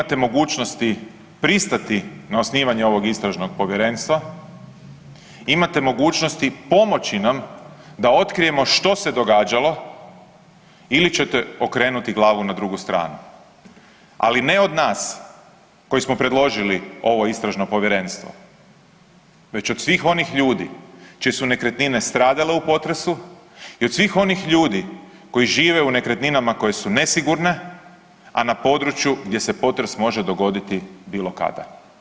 Imate mogućnosti pristati na osnivanje ovog istražnog povjerenstva, imate mogućnosti pomoći nam da otkrijemo što se događalo ili ćete okrenuti glavu na drugu stranu, ali ne od nas koji smo predložili ovo istražno povjerenstvo već od svih onih ljudi čije su nekretnine stradale u potresu i od svih onih ljudi koji žive u nekretninama koje su nesigurne, a na području gdje se potres može dogoditi bilo kada.